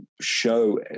show